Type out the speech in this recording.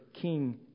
King